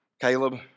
Caleb